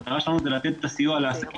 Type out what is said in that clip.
המטרה שלנו היא לתת את הסיוע לעסקים,